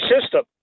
system